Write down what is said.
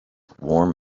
warm